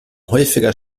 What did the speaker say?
häufiger